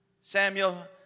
Samuel